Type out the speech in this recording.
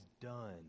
done